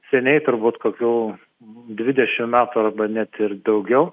seniai turbūt kokių dvidešim metų arba net ir daugiau